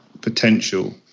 potential